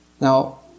Now